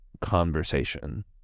conversation